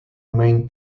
main